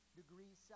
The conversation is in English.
degrees